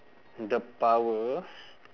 the power